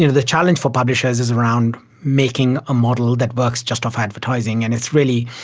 you know the challenge for publishers is around making a model that works just off advertising, and it's really,